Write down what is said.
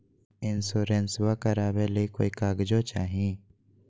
इंसोरेंसबा करबा बे ली कोई कागजों चाही?